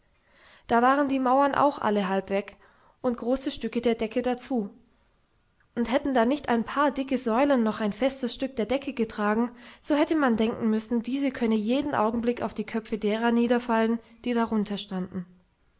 da waren die mauern auch alle halb weg und große stücke der decke dazu und hätten da nicht ein paar dicke säulen noch ein festes stück der decke getragen so hätte man denken müssen diese könne jeden augenblick auf die köpfe derer niederfallen die darunter standen